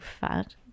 fat